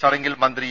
ചടങ്ങിൽ മന്ത്രി ഇ